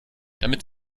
damit